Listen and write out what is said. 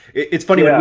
it's funny, yeah